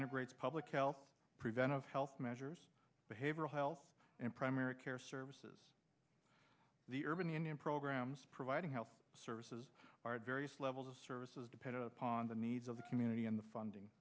integrates public health preventive health measures behavioral health and primary care services the urban indian programs providing health services various levels of services depend upon the needs of the community in the funding